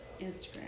Instagram